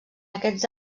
aquests